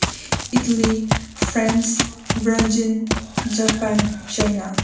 Italy France Brazil Japan China